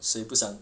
谁不想